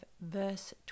verse